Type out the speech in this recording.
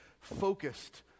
focused